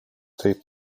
tej